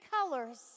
colors